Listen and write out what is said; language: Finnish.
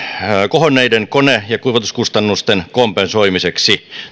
kohonneiden kone ja kuivatuskustannusten kompensoimiseksi